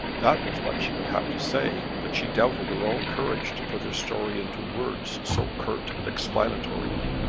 that was what she would have to say, but she doubted her own courage to put her story into words so curt and explanatory.